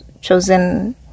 chosen